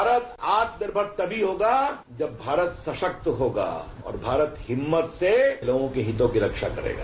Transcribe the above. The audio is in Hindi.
भारत आत्मनिर्भर तभी होगा जब भारत सशक्त होगा और भारत हिम्मत से लोगों के हितों की रक्षा करेगा